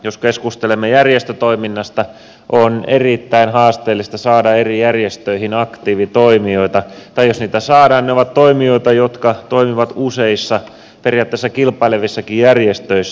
jos keskustelemme järjestötoiminnasta on erittäin haasteellista saada eri järjestöihin aktiivitoimijoita tai jos niitä saadaan ne ovat toimijoita jotka toimivat useissa periaatteessa kilpailevissakin järjestöissä